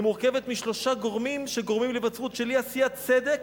היא מורכבת משלושה גורמים שגורמים להיווצרות של אי-עשיית צדק,